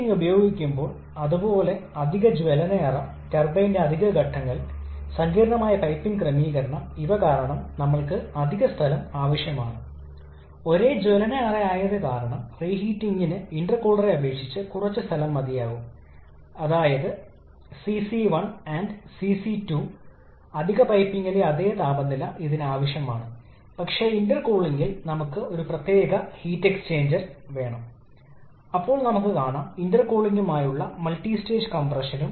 എന്നിരുന്നാലും പരമാവധി സൈക്കിൾ താപനില യഥാർത്ഥത്തിൽ സംസാരിക്കുമ്പോൾ നമ്മൾക്ക് അത്തരം ലഭിക്കുന്നില്ല മാറ്റം വരുത്തുക സൈക്കിൾ കാര്യക്ഷമത ഒരു നിശ്ചിത ലെവൽ വരെ വർദ്ധിച്ചുകൊണ്ടിരിക്കുന്നു അത് വളരെ കുറയുന്നു പ്രധാനമായും ഈ പ്രത്യേക വക്രത്തിൽ നിന്ന് നിങ്ങൾക്ക് കാണാൻ കഴിയും